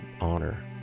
honor